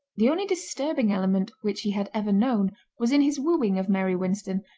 the only disturbing element which he had ever known was in his wooing of mary winston,